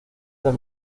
del